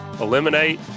eliminate